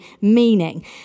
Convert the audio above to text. meaning